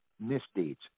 misdeeds